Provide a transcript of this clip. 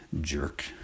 Jerk